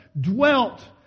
dwelt